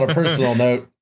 ah personal note,